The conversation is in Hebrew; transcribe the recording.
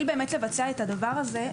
כדי לבצע את הדבר הזה,